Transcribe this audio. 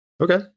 Okay